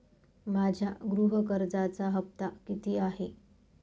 माझ्या गृह कर्जाचा हफ्ता किती आहे?